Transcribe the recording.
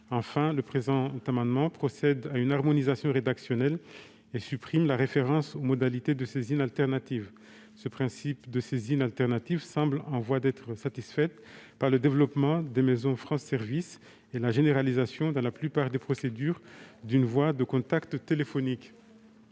Enfin, je vous y propose la suppression de la référence aux modalités de saisine alternative. Le principe de saisine alternative semble en voie d'être satisfait par le développement des maisons France Services et la généralisation, dans la plupart des procédures, d'une voie de contact téléphonique.